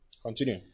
Continue